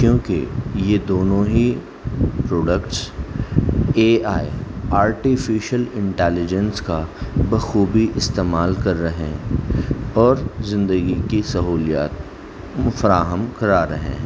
کیونکہ یہ دونوں ہی products A I artificial intelligence کا بخوبی استعمال کر رہے ہیں اور زندگی کی سہولیات فراہم کرا رہے ہیں